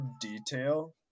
detail